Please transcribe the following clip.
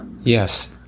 Yes